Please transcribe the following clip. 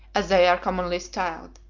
as they are commonly styled,